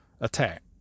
attack